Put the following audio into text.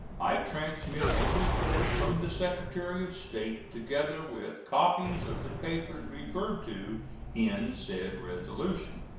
i transmit a report from the secretary of state, together with copies of the papers referred to in said resolution.